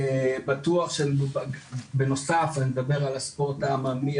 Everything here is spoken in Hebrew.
בטוח בנוסף אני מדבר על הספורט העממי,